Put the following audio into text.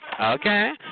Okay